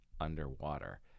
underwater